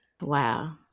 Wow